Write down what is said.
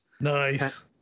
nice